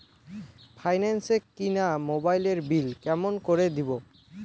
Finance এ কিনা মোবাইলের বিল কেমন করে দিবো?